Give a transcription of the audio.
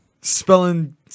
Spelling